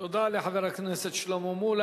תודה לחבר הכנסת שלמה מולה.